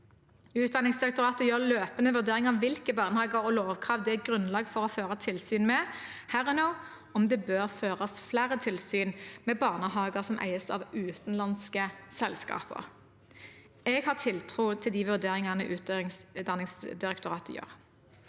Utdanningsdirektoratet gjør løpende vurderinger av hvilke barnehager og lovkrav det er grunnlag for å føre tilsyn med, herunder om det bør føres flere tilsyn med barnehager som eies av utenlandske selskaper. Jeg har tiltro til de vurderingene Utdanningsdirektoratet gjør.